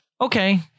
okay